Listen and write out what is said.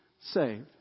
saved